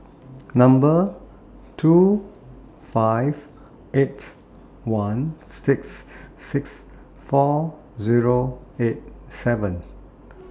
Number two five eight one six six four Zero eight seven